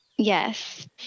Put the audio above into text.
Yes